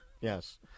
yes